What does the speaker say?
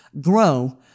grow